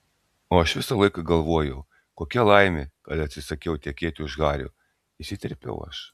o aš visą laiką galvoju kokia laimė kad atsisakiau tekėti už hario įsiterpiau aš